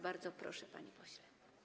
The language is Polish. Bardzo proszę, panie pośle.